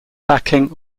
backing